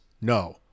No